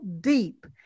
deep